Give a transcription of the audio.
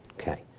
okay.